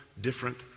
different